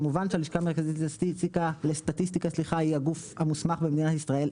כמובן של הלשכה המרכזית לסטטיסטיקה היא הגוף המוסמך במדינת ישראל,